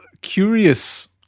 curious